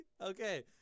Okay